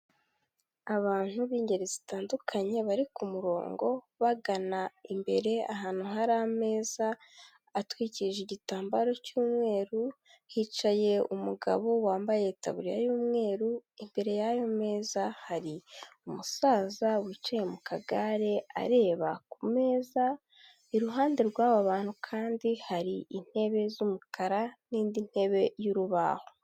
Abantu b'ingeri zitandukanye bari kumurongo bagana imbere ahantu hari ameza atwikije igitambaro cy'umweru, hicaye umugabo wambaye itaburiya y'umweru, imbere y'ayo meza hari umusaza wicaye mu kagare areba ku meza, iruhande rw'aba bantu kandi hari intebe z'umukara n'indi ntebe y'urubaho.